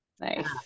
Nice